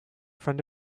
front